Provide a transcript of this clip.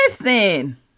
Listen